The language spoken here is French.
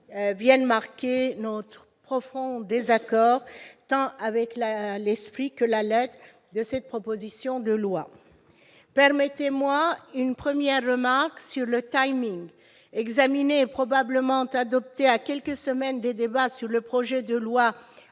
suivront, marquer notre profond désaccord tant avec l'esprit qu'avec la lettre de cette proposition de loi. Permettez-moi de faire une première remarque sur le. Examinée, et probablement adoptée, à quelques semaines des débats sur le projet de loi